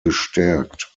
gestärkt